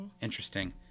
Interesting